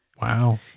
Wow